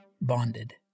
bonded